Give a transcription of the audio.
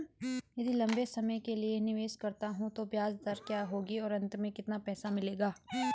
यदि लंबे समय के लिए निवेश करता हूँ तो ब्याज दर क्या होगी और अंत में कितना पैसा मिलेगा?